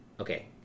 Okay